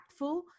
impactful